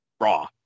raw